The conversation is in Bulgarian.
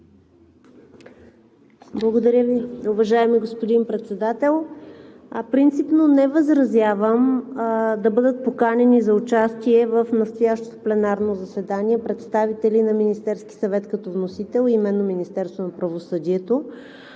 Благодаря Ви. Уважаеми господин Председател, принципно не възразявам да бъдат поканени за участие в настоящото пленарно заседание представители на Министерския съвет като вносител, а именно Министерството на правосъдието.